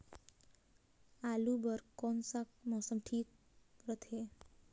आलू बार कौन सा मौसम ह ठीक रथे?